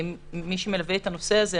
למי שמלווה את הנושא הזה.